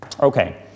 Okay